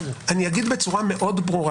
אגיד בצורה ברורה